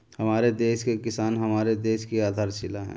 हमारे देश के किसान हमारे देश की आधारशिला है